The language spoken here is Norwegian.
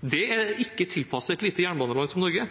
Det er ikke tilpasset et lite jernbaneland som Norge.